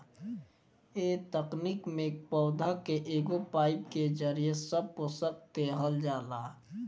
ए तकनीक में पौधा के एगो पाईप के जरिये सब पोषक देहल जाला